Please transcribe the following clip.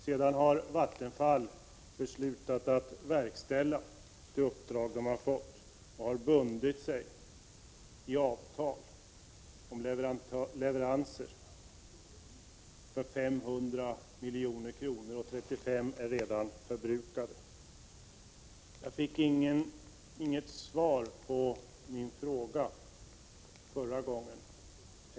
Sedan har Vattenfall beslutat att verkställa det uppdrag man har fått och bundit sig i avtal om leveranser för 500 milj.kr., och 35 är redan förbrukade. Jag fick inget svar på min fråga förra gången.